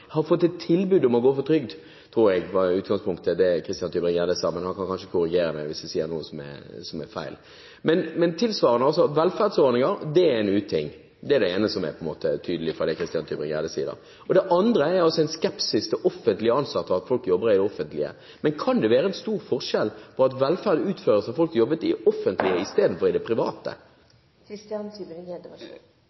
har fått et tilbud om å gå på trygd, tror jeg var utgangspunktet i det Christian Tybring-Gjedde sa. Men han kan kanskje korrigere meg hvis jeg sier noe som er feil. Og tilsvarende: Velferdsordninger er en uting. Det er det ene som er tydelig fra det Christian Tybring-Gjedde sier. Det andre er en skepsis til offentlig ansatte, det at folk jobber i det offentlige. Men kan det være en stor forskjell på at velferd utføres av folk som jobber i det offentlige istedenfor i det private?